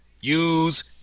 use